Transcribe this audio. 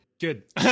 Good